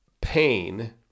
pain